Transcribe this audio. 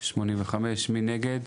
1 נגד,